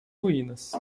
ruínas